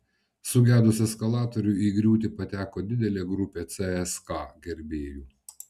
sugedus eskalatoriui į griūtį pateko didelė grupė cska gerbėjų